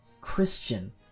Christian